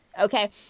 okay